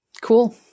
Cool